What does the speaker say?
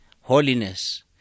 holiness